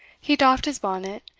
he doffed his bonnet,